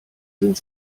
sind